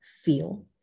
feel